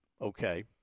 okay